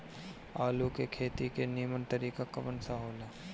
आलू के खेती के नीमन तरीका कवन सा हो ला?